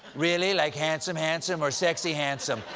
really? like handsome handsome or exy handsome?